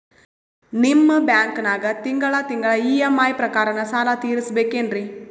ನಿಮ್ಮ ಬ್ಯಾಂಕನಾಗ ತಿಂಗಳ ತಿಂಗಳ ಇ.ಎಂ.ಐ ಪ್ರಕಾರನ ಸಾಲ ತೀರಿಸಬೇಕೆನ್ರೀ?